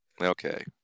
Okay